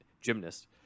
gymnast